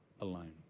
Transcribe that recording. alone